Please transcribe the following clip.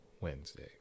Wednesday